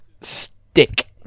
stick